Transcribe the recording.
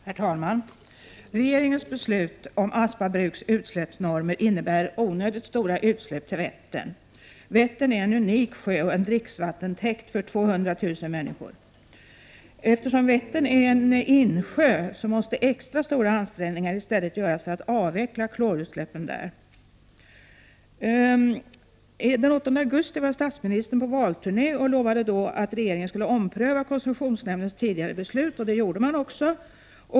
Herr talman! Regeringens beslut om Aspa bruks utsläppsnormer innebär onödigt stora utsläpp till Vättern. Vättern är en unik sjö och en dricksvattentäkt för 200 000 människor. Eftersom Vättern är en insjö måste extra stora ansträngningar göras för att avveckla klorutsläppen där. Den 8 augusti var statsministern på valturné och lovade att regeringen skulle ompröva koncessionsnämndens tidigare beslut. Det gjorde man också.